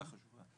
שאלה נכונה מאוד.